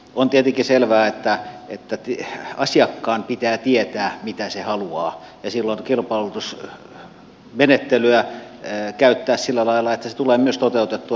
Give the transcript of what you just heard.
on tietenkin selvää että asiakkaan pitää tietää mitä se haluaa ja silloin kilpailutusmenettelyä pitää käyttää sillä lailla että se tulee myös toteutettua ja täytettyä